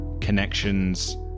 connections